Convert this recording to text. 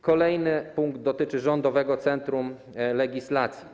Kolejny punkt dotyczy Rządowego Centrum Legislacji.